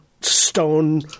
stone